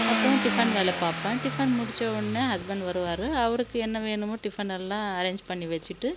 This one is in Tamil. அப்புறம் டிஃபன் வேலை பார்ப்பேன் டிஃபன் முடித்தவுன்னே ஹஸ்பண்ட் வருவார் அவருக்கு என்ன வேணுமோ டிஃபன் எல்லாம் அரேஞ்ச் பண்ணி வச்சுட்டு